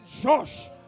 Josh